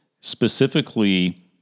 specifically